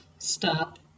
Stop